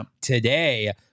today